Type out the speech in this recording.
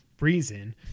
reason